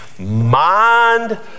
mind